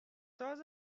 ساز